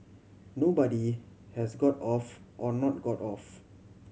nobody has got off or not got off